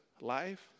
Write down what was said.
life